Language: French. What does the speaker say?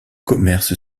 commerce